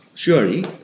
surely